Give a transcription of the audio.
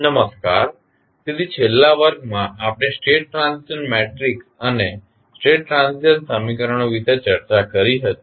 નમસ્કાર તેથી છેલ્લા વર્ગમાં આપણે state transition matrix state transition matrix અને સ્ટેટ ટ્રાન્ઝિશન સમીકરણો વિશે ચર્ચા કરી હતી